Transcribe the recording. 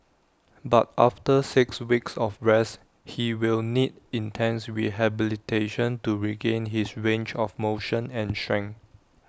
but after six weeks of rest he will need intense rehabilitation to regain his range of motion and strength